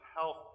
health